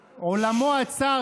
עולמו של הנדל,